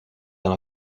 dans